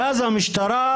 אז המשטרה,